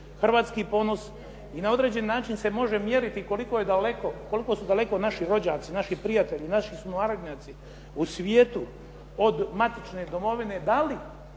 hrvatski ponos i na određeni način se može mjeriti koliko je daleko, koliko su daleko naši rođaci, naši prijatelji, naši sunarodnjaci u svijetu od matične domovine. Da li